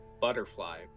butterfly